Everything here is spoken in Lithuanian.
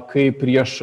kai prieš